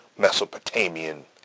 Mesopotamian